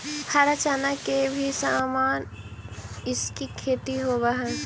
हरा चना के ही समान इसकी खेती होवे हई